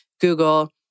Google